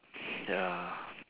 ya